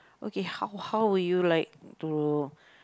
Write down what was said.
okay how how will you like to